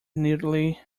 neatly